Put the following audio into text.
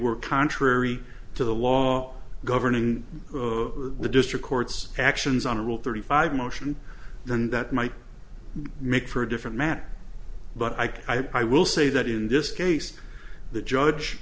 were contrary to the law governing the district court's actions on rule thirty five motion then that might make for a different matter but i i will say that in this case the judge